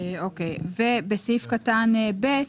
בסעיף קטן (ב).